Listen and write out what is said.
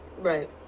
Right